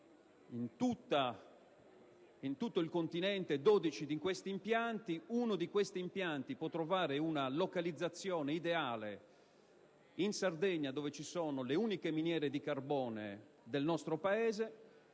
in tutto il continente dodici di questi impianti; uno di essi può trovare una localizzazione ideale in Sardegna, in cui sono presenti le uniche miniere di carbone del nostro Paese.